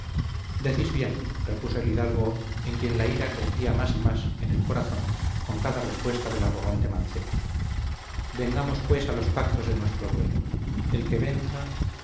bien repuso el hidalgo en quien la ira crecía más y más en el corazón con cada respuesta del arrogante mancebo vengamos pues a los pactos de nuestro duelo el que venza